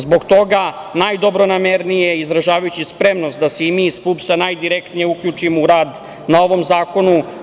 Zbog toga najdobronamernije izražavajući spremnost da se i mi iz PUPS-a najdirektnije uključimo u rad na ovom zakonu.